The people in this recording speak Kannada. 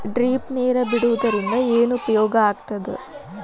ಡ್ರಿಪ್ ನೇರ್ ಬಿಡುವುದರಿಂದ ಏನು ಉಪಯೋಗ ಆಗ್ತದ?